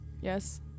Yes